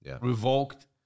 revoked